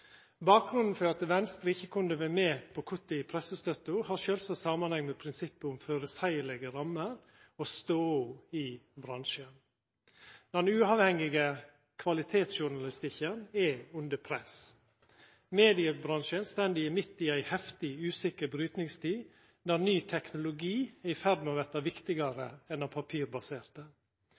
Bakgrunnen for at Venstre ikkje kunne vera med på kuttet i pressestøtta, har sjølvsagt samanheng med prinsippet om føreseielege rammer og stoda i bransjen når den uavhengige kvalitetsjournalistikken er under press. Mediebransjen står midt i ei heftig, usikker brytningstid når ny teknologi er i ferd med å verta viktigare enn den papirbaserte.